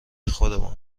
خودمان